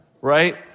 right